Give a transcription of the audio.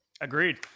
Agreed